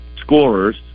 scorers